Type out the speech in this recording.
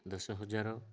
ଦଶ ହଜାର